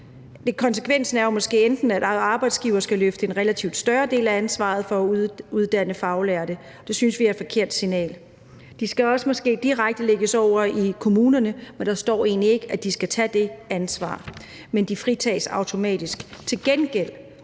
konsekvensen er jo måske, at arbejdsgivere skal løfte en relativt større del af ansvaret for at uddanne faglærte, og det synes vi er et forkert signal at sende. Det skal måske også lægges direkte over i kommunerne, men der står egentlig ikke, at de skal tage det ansvar. Men de fritages automatisk. Til gengæld